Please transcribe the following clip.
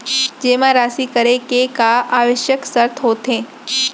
जेमा राशि करे के का आवश्यक शर्त होथे?